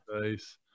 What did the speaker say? Nice